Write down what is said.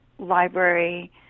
library